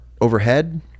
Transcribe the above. overhead